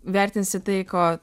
vertinsi tai ko